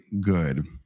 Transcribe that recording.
good